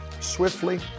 swiftly